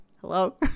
Hello